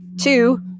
Two